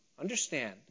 Understand